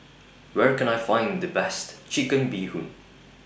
Where Can I Find The Best Chicken Bee Hoon